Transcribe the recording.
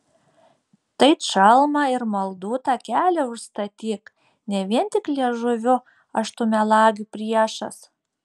tai čalmą ir maldų takelį užstatyk ne vien tik liežuviu aš tų melagių priešas